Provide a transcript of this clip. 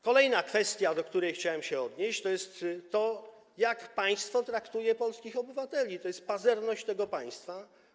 Kolejna kwestia, do której chciałem się odnieść, to jest to, jak państwo traktuje polskich obywateli, to jest pazerność tego państwa.